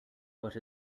but